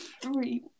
three